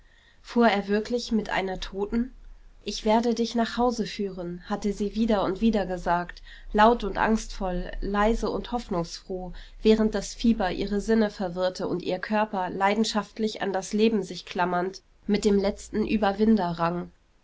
fuhr er wirklich mit einer toten ich werde dich nach hause führen hatte sie wieder und wieder gesagt laut und angstvoll leise und hoffnungsfroh während das fieber ihre sinne verwirrte und ihr körper leidenschaftlich an das leben sich klammernd mit dem letzten überwinder rang